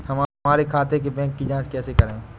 हमारे खाते के बैंक की जाँच कैसे करें?